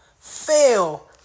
fail